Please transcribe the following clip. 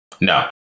No